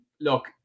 Look